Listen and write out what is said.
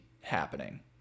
happening